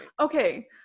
Okay